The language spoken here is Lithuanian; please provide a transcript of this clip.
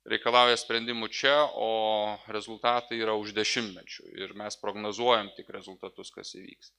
reikalauja sprendimų čia o rezultatai yra už dešimtmečių ir mes prognozuojam tik rezultatus kas įvyks